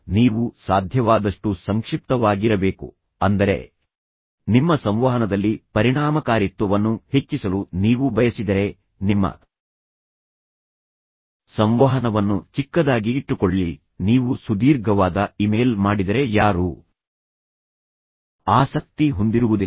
ನೀವು ಸಾಧ್ಯವಾದಷ್ಟು ಸಂಕ್ಷಿಪ್ತವಾಗಿರಬೇಕು ಅಂದರೆ ನಿಮ್ಮ ಸಂವಹನದಲ್ಲಿ ಪರಿಣಾಮಕಾರಿತ್ವವನ್ನು ಹೆಚ್ಚಿಸಲು ನೀವು ಬಯಸಿದರೆ ನಿಮ್ಮ ಸಂವಹನವನ್ನು ಚಿಕ್ಕದಾಗಿ ಇಟ್ಟುಕೊಳ್ಳಿ ನೀವು ಸುದೀರ್ಘವಾದ ಇಮೇಲ್ ಮಾಡಿದರೆ ಯಾರೂ ಆಸಕ್ತಿ ಹೊಂದಿರುವುದಿಲ್ಲ